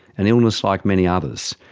an illness like many others,